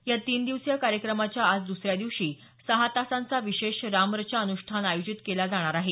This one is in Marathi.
या तीन दिवसीय कार्यक्रमाच्या आज दुसऱ्या दिवशी सहा तासांचा विशेष राम रचा अन्ष्ठान आयोजित केलं जाणार आहे